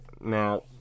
Now